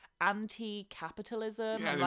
anti-capitalism